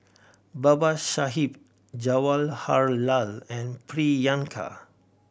Babasaheb Jawaharlal and Priyanka